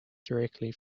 directly